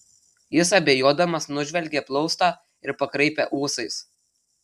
jis abejodamas nužvelgė plaustą ir pakraipė ūsais